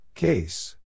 Case